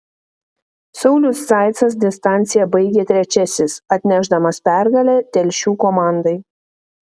saulius zaicas distanciją baigė trečiasis atnešdamas pergalę telšių komandai